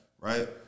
Right